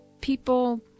people